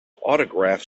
autograph